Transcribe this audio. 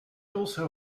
also